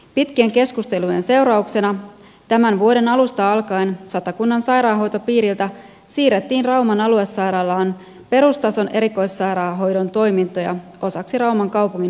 pitkien keskustelujen seurauksena tämän vuoden alusta alkaen satakunnan sairaanhoitopiiriltä siirrettiin rauman aluesairaalaan perustason erikoissairaanhoidon toimintoja osaksi rauman kaupungin omaa palvelutuotantoa